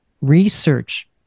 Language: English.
research